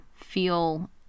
feel